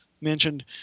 mentioned